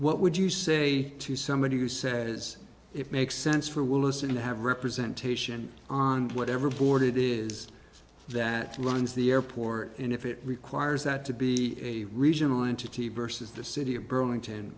what would you say to somebody who says it makes sense for willison to have representation on whatever board it is that runs the airport and if it requires that to be a regional entity versus the city of burlington